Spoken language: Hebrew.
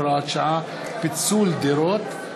הוראת שעה) (פיצול דירות),